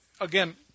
again